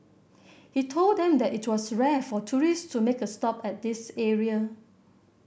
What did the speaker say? he told them that it was rare for tourist to make a stop at this area